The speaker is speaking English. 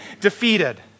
defeated